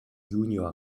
junior